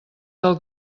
del